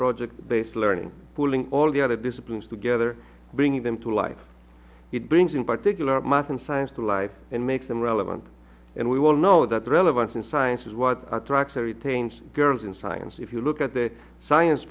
project based learning pulling all the other disciplines together bringing them to life it brings in particular math and science to life and make them relevant and we will know that the relevance in science is what attracts retains girls in science if you look at the science